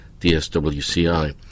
DSWCI